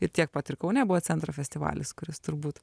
ir tiek pat ir kaune buvo centro festivalis kuris turbūt